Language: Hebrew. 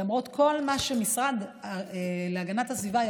למרות כל מה שהמשרד להגנת הסביבה יכול